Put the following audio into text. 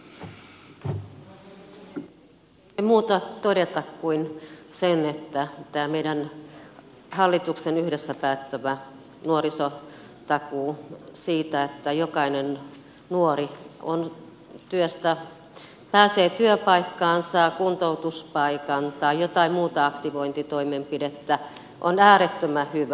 ei voi muuta todeta kuin sen että tämä meidän hallituksen yhdessä päättämä nuorisotakuu siitä että jokainen nuori pääsee työpaikkaan saa kuntoutuspaikan tai jotain muuta aktivointitoimenpidettä on äärettömän hyvä